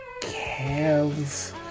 calves